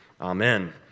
Amen